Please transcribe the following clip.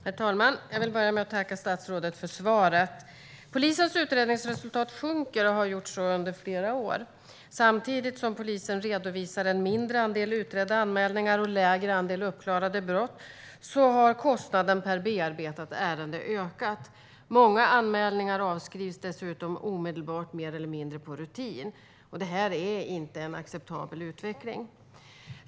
Herr talman! Jag vill börja med att tacka statsrådet för svaret. Polisens utredningsresultat sjunker och har gjort så under flera år. Samtidigt som polisen redovisar en mindre andel utredda anmälningar och lägre andel uppklarade brott har kostnaden per bearbetat ärende ökat. Många anmälningar avskrivs dessutom omedelbart mer eller mindre på rutin. Det här är inte en acceptabel utveckling.